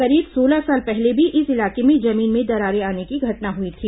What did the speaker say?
करीब सोलह साल पहले भी इस इलाके में जमीन में दरारें आने की घटना हुई थी